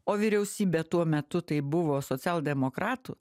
o vyriausybė tuo metu tai buvo socialdemokratų